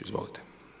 Izvolite.